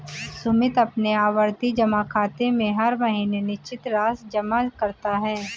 सुमित अपने आवर्ती जमा खाते में हर महीने निश्चित राशि जमा करता है